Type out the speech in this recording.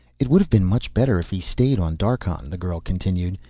it would have been much better if he stayed on darkhan, the girl continued.